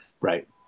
Right